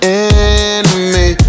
enemy